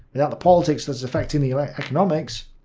without the politics that is affecting the like economics,